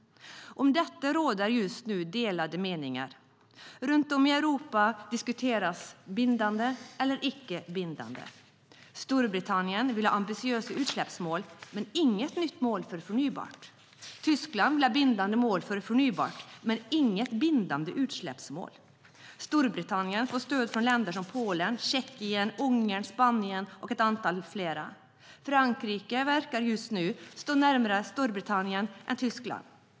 Om detta råder det just nu delade meningar. Runt om i Europa diskuteras bindande eller icke bindande mål. Storbritannien vill ha ambitiösa utsläppsmål, men inget nytt mål för förnybart. Tyskland vill ha bindande mål om förnybart, men inget bindande utsläppsmål. Storbritannien får stöd från länder som Polen, Tjeckien, Ungern, Spanien och ett antal flera länder. Frankrike verkar just nu stå närmare Storbritannien än Tyskland.